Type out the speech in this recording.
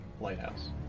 lighthouse